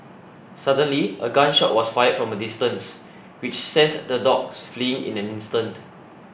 suddenly a gun shot was fired from a distance which sent the dogs fleeing in an instant